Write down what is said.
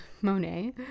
Monet